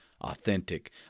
authentic